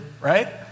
right